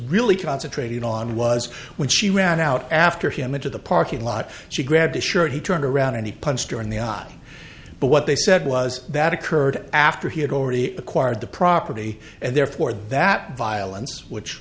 really concentrated on was when she ran out after him into the parking lot she grabbed his shirt he turned around and he punched her in the on but what they said was that occurred after he had already acquired the property and therefore that violence which